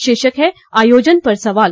शीर्षक है आयोजन पर सवाल